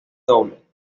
doble